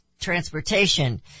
Transportation